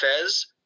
Fez